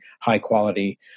high-quality